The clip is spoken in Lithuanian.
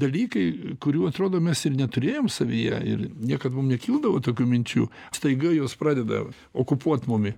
dalykai kurių atrodo mes ir neturėjom savyje ir niekad mum nekildavo tokių minčių staiga jos pradeda okupuot mumi